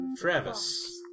Travis